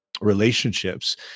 relationships